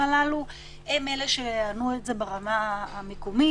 -- הם אלה שינהלו את זה ברמה המקומית.